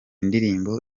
ndirimbo